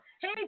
Hey